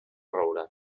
roure